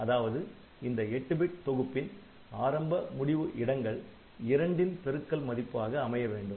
அதாவது இந்த 8 பிட் தொகுப்பின் ஆரம்பமுடிவு இடங்கள் இரண்டின் பெருக்கல் மதிப்பாக அமைய வேண்டும்